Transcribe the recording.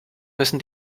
müssen